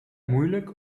moeilijk